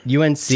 UNC